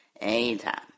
anytime